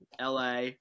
LA